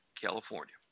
California